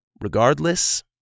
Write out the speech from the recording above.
Regardless